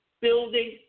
building